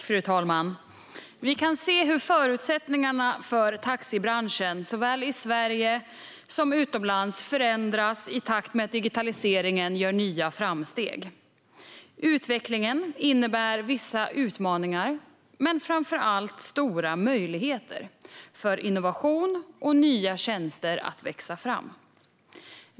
Fru talman! Vi kan se hur förutsättningarna för taxibranschen, såväl i Sverige som utomlands, förändras i takt med att digitaliseringen gör nya framsteg. Utvecklingen innebär vissa utmaningar men framför allt stora möjligheter för innovation och nya tjänster att växa fram.